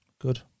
Good